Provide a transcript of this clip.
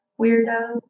Weirdo